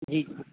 جی